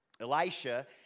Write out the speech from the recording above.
Elisha